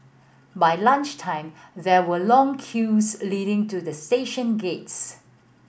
by lunch time there were long queues leading to the station gates